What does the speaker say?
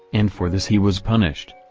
and for this he was punished.